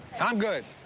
i'm good.